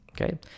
okay